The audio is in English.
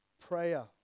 prayer